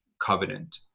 covenant